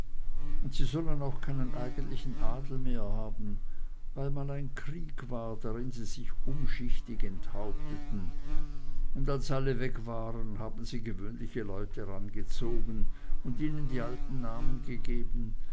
und sie sollen auch keinen eigentlichen adel mehr haben weil mal ein krieg war drin sie sich umschichtig enthaupteten und als alle weg waren haben sie gewöhnliche leute rangezogen und ihnen die alten namen gegeben